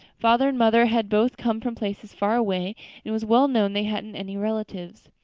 father and mother had both come from places far away and it was well known they hadn't any relatives